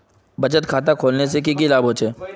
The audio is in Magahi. बचत खाता खोलने से की की लाभ होचे?